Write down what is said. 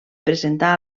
presentar